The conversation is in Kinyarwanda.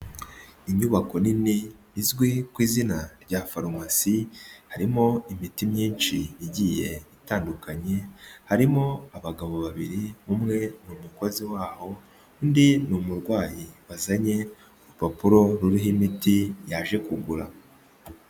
Inyubako nini izwi ku izina rya farumasi, harimo imiti myinshi igiye itandukanye, harimo abagabo babiri umwe ni umukozi waho, undi ni umurwayi wazanye urupapuro ruriho imiti yaje kugura.